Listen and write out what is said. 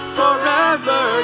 forever